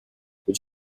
would